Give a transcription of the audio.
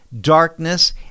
darkness